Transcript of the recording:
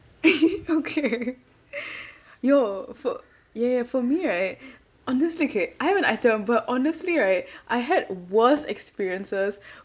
okay yo for ya ya for me right honestly okay I have an item but honestly right I had worse experiences